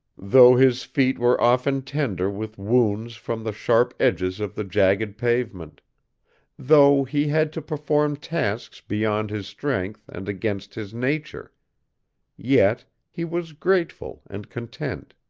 though his feet were often tender with wounds from the sharp edges of the jagged pavement though he had to perform tasks beyond his strength and against his nature yet he was grateful and content